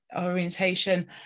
orientation